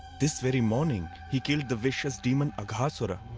this very morning, he killed the vicious demon aghasura.